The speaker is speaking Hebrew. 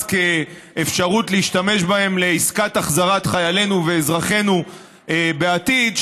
כאפשרות להשתמש בהם לעסקת החזרת חיילינו ואזרחינו בעתיד,